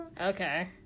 okay